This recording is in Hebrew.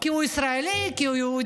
כי הוא ישראלי, כי הוא יהודי.